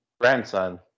grandson